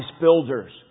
builders